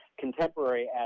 contemporary